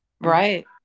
Right